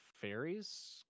fairies